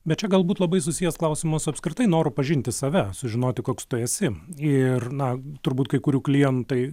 bet čia galbūt labai susijęs klausimas apskritai noru pažinti save sužinoti koks tu esi ir na turbūt kai kurių klientai